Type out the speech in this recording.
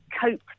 cope